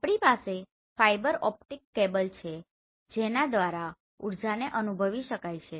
આપણી પાસે fibre optic cable છે જેના દ્વારા ઊર્જાને અનુભવી શકાય છે